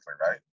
right